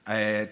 כן.